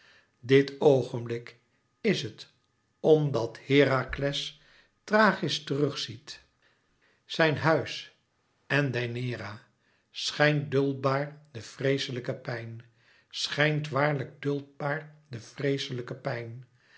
dit oogenblik is het omdat herakles thrachis terug ziet zijn huis en deianeira schijnt duldbaar de vreeslijke pijn schijnt waarlijk dùldbaar de vreeslijke pijn